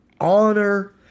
honor